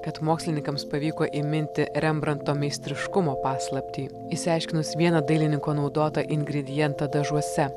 kad mokslininkams pavyko įminti rembranto meistriškumo paslaptį išsiaiškinus vieną dailininko naudotą ingredientą dažuose